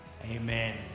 amen